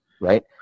Right